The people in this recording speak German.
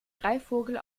greifvogel